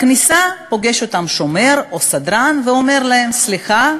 בכניסה פוגש אותם שומר או סדרן ואומר להם: סליחה,